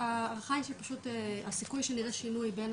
ההערכה היא שהסיכוי שנראה שינוי בין